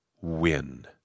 win